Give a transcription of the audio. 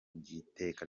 by’iteka